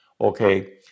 Okay